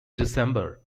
december